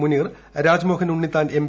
Muneer Rajmohan Unnithan M